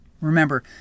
Remember